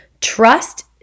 trust